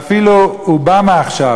ואפילו אובמה עכשיו,